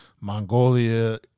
Mongolia